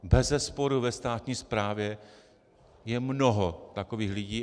Bezesporu ve státní správě je mnoho takových lidí.